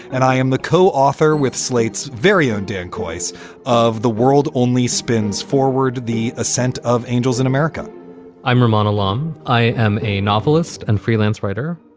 and i am the co-author with slate's very own dan kois of the world only spins forward the ascent of angels in america i'm ramona lum. i am a novelist and freelance writer.